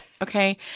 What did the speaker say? okay